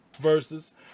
versus